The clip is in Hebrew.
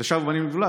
"ושבו בנים לגבולם",